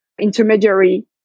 intermediary